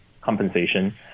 compensation